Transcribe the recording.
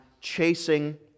chasing